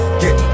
get